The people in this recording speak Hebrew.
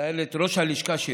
ראש הלשכה שלי,